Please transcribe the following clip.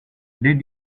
did